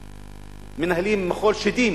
ומנהלים מחול שדים